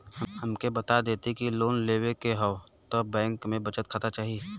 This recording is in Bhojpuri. हमके बता देती की लोन लेवे के हव त बैंक में बचत खाता चाही?